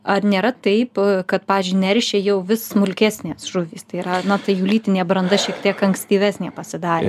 ar nėra taip kad pavyzdžiui neršia jau vis smulkesnės žuvys tai yra ta jų lytinė branda šiek tiek ankstyvesnė pasidarė